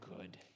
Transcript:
good